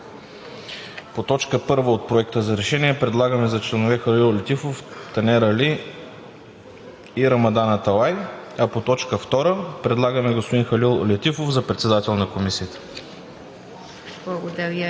По т. 1 от Проекта на решение предлагаме за членове Халил Летифов, Танер Али и Рамадан Аталай, а по т. 2 предлагаме господин Халил Летифов за председател на Комисията.